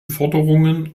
forderungen